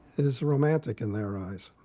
is romantic in their eyes.